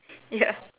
ya